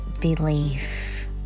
belief